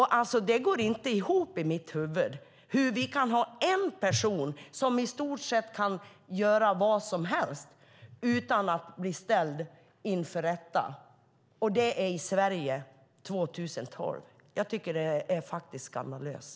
Därför går det inte ihop i mitt huvud att vi i Sverige 2012 kan ha en person som i stort sett kan göra vad som helst utan att bli ställd inför rätta. Jag tycker att det är skandalöst.